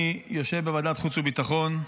אני יושב בוועדת חוץ וביטחון,